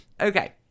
Okay